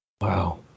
Wow